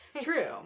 True